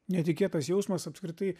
netikėtas jausmas apskritai